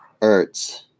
Ertz